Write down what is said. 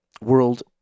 world